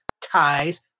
ties